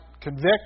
convict